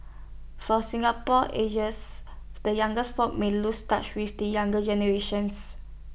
so Singapore ages the youngest folk may lose touch with the younger generation